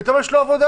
פתאום יש לו עבודה.